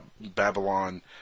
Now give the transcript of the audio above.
Babylon